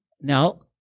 now